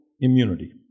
immunity